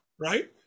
right